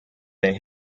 that